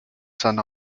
son